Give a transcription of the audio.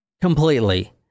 completely